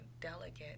delicate